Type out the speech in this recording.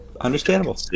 Understandable